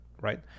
right